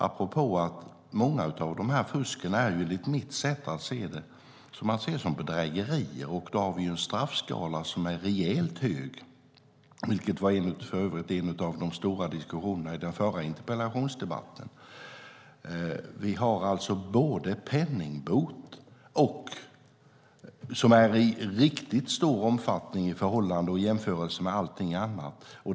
I många fall av fusk är det enligt mitt att se det bedrägerier, och då har vi en rejäl straffskala. Det var för övrigt en av de stora diskussionerna i den tidigare interpellationsdebatten i ämnet. Vi har alltså penningbot som är riktigt stor i omfattning i jämförelse med allting annat.